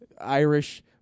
Irish